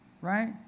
right